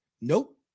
Nope